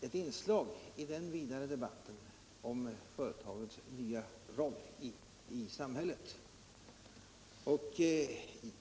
ett inslag i den vidare debatten om företagens nya roll i samhället.